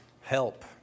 help